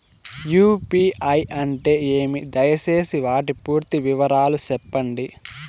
UPI అంటే ఏమి? దయసేసి వాటి పూర్తి వివరాలు సెప్పండి?